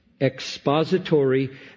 Expository